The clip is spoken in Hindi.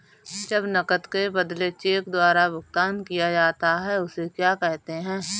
जब नकद के बदले चेक द्वारा भुगतान किया जाता हैं उसे क्या कहते है?